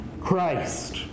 Christ